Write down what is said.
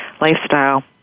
lifestyle